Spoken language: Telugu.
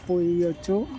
అప్పు ఇవ్వొచ్చు